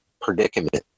predicament